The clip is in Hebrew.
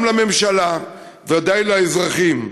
גם לממשלה, ודאי לאזרחים.